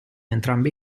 entrambi